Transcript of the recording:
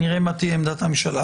נראה מה תהיה עמדת הממשלה.